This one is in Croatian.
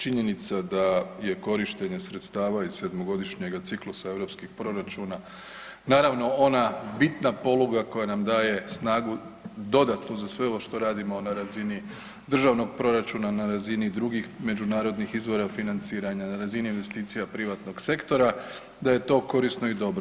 Činjenica da je korištenje sredstava iz sedmogodišnjega ciklusa europskih proračuna naravno ona bitna poluga koja nam daje snagu dodatnu za sve ovo što radimo na razini državnog proračuna, na razini drugih međunarodnih izvora financiranja, na razini investicija privatnog sektora, da je to korisno i dobro.